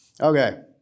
Okay